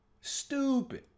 Stupid